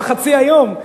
הוא על "בחצי היום".